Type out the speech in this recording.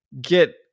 get